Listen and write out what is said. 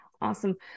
Awesome